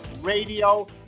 Radio